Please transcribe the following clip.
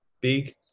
big